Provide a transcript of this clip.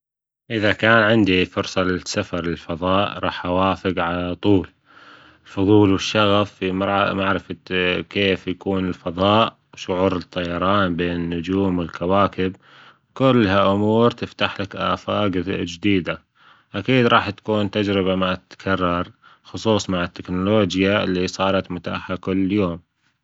إذا كان عندي فرصة للسفر للفضاء راح أوافج على طول، الفضول الشغف في معرفة كيف يكون الفضاء، شعور الطيران بين النجوم والكواكب كلها أمور تفتح لك آفاج جديدة، أكيد راح تكون تجربة ما تتكرر خصوصا مع التكنولوجيا اللي صارت متاحة كل يوم.